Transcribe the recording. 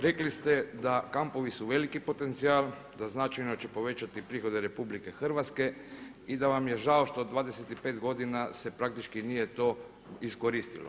Rekli ste da kampovi su veliki potencijal, da značajno će povećati prihode RH i da vam je žao što 25 godina se praktički nije to iskoristilo.